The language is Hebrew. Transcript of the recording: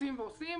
רצים ועושים,